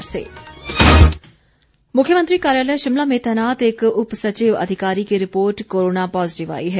corona update मुख्यमंत्री कार्यालय शिमला में तैनात एक उप सचिव अधिकारी की रिपोर्ट कोरोना पॉजीटिव आई है